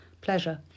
pleasure